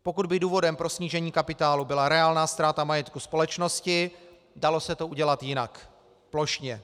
Pokud by důvodem pro snížení kapitálu byla reálná ztráta majetku společnosti, dalo se to udělat jinak, plošně.